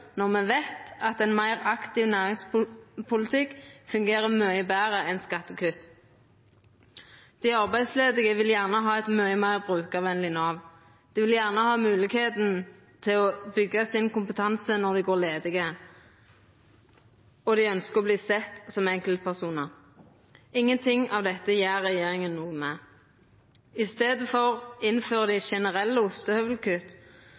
når ein veit at ein meir aktiv næringspolitikk fungerer mykje betre enn skattekutt. Dei arbeidsledige vil gjerne ha eit mykje meir brukarvenleg Nav. Dei vil gjerne ha moglegheit til å byggja kompetansen sin når dei går ledige, og dei ønskjer å verta sett som enkeltpersonar. Ingen ting av dette gjer regjeringa noko med. I staden innfører dei